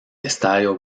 estadio